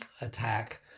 attack